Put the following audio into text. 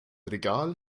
regal